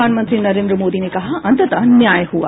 प्रधानमंत्री नरेंद्र मोदी ने कहा अंततः न्याय हुआ